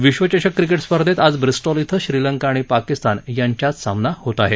विश्वचषक क्रिकेट स्पर्धेत आज ब्रिस्टॉल इथं श्रीलंका आणि पाकिस्तान यांच्यात सामना होत आहे